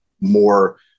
more